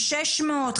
600,